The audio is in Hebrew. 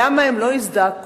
למה הם לא הזדעקו?